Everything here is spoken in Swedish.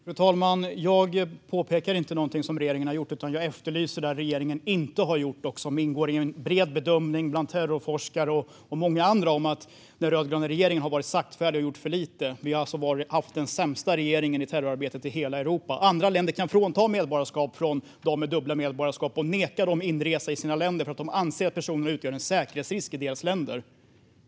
Frau talman! Jag påtalar inte någonting som regeringen har gjort; jag efterlyser saker som regeringen inte har gjort. Det finns en bred bedömning bland terrorforskare och många andra att den rödgröna regeringen har varit saktfärdig och gjort för lite. Vi har haft den sämsta regeringen i terrorarbetet i hela Europa. Andra länder kan frånta medborgarskap från dem med dubbla medborgarskap och neka dem inresa för att de anser att personerna utgör en säkerhetsrisk i deras länder.